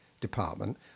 department